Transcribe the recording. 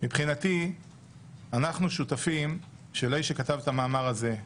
מבחינתי אנחנו שותפים של האיש שכתב את המאמר הזה,